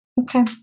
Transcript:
Okay